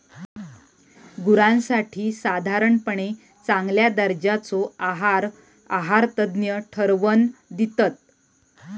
गुरांसाठी साधारणपणे चांगल्या दर्जाचो आहार आहारतज्ञ ठरवन दितत